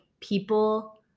people